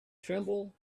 tremble